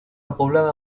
poblada